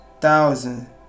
thousand